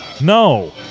No